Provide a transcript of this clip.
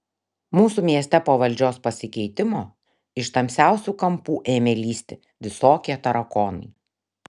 mūsų mieste po valdžios pasikeitimo iš tamsiausių kampų ėmė lįsti visokie tarakonai